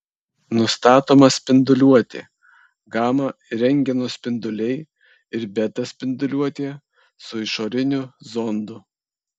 nustatoma spinduliuotė gama ir rentgeno spinduliai ir beta spinduliuotė su išoriniu zondu